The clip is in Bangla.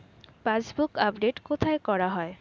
পাসবুক আপডেট কোথায় করা হয়?